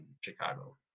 Chicago